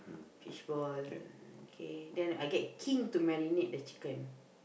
fishball kay then I get King to marinate the chicken